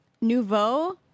Nouveau